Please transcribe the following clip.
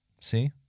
See